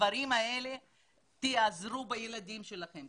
בדברים האלה תיעזרו בילדים שלכם,